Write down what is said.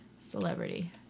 celebrity